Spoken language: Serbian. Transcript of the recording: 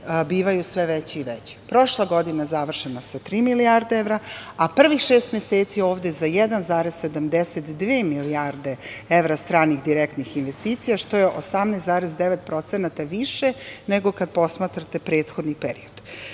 bivaju sve veće i veće. Prošla godina završena sa tri milijarde evra, a prvih šest meseci ovde za 1,72 milijarde evra stranih direktnih investicija, što je 18,9% više nego kada posmatrate prethodni period. Čuvanje